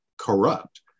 corrupt